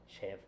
chef